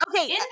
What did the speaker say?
okay